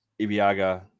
Ibiaga